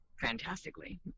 fantastically